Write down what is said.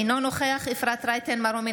אינו נוכח אפרת רייטן מרום,